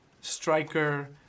striker